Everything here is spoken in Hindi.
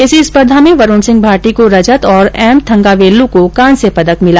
इसी स्पर्धा में वरूण सिंह भाटी को रजत और एम थंगावेल्लू को कांस्य पदक मिला